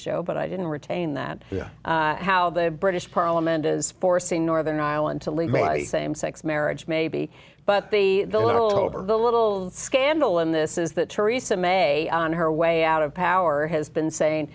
show but i didn't retain that you know how the british parliament is forcing northern ireland to leave same sex marriage maybe but the little bit of the little scandal in this is that theresa may on her way out of power has been saying